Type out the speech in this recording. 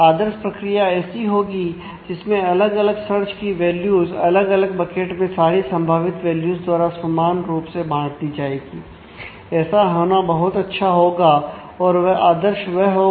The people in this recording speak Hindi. आदर्श प्रक्रिया ऐसी होगी जिसमें अलग अलग सर्च की वैल्यूज तरीके से उत्पन्न करेगा